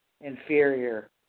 inferior